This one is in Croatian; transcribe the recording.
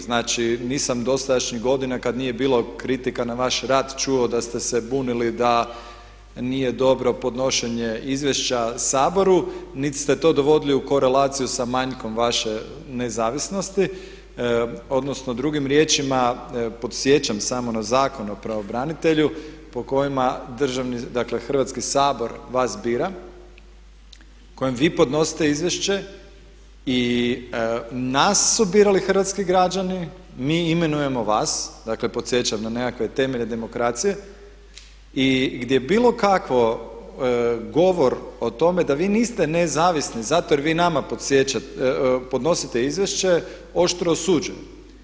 Znači, nisam dosadašnjih godina kad nije bilo kritika na vaš rad čuo da ste se bunili da nije dobro podnošenje izvješća Saboru niti ste to dovodili u korelaciju sa manjkom vaše nezavisnosti, odnosno drugim riječima podsjećam samo na Zakon o pravobranitelju po kojem Hrvatski sabor vas bira, kojem vi podnosite izvješće i nas su birali hrvatski građani, mi imenujemo vas, dakle podsjećam na nekakve temelje demokracije, i gdje bilo kakav govor o tome da vi niste nezavisni zato jer vi nama podnosite izvješće oštro osuđujem.